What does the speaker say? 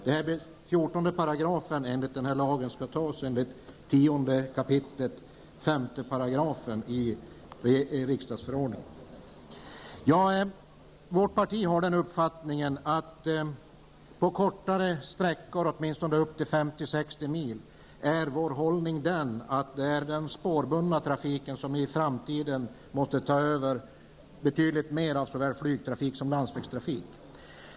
Det här blir nu fjortonde paragrafen i den här lagen som skall antas enligt riksdagsordningen 10 kap. 5 §. Vi i vårt parti är av den uppfattningen att när det gäller kortare sträckor, åtminstone sträckor på upp emot 50--60 mil, är det den spårbundna trafiken som i framtiden måste ta över betydligt mer av såväl flygtrafik som landsvägstrafik.